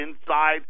inside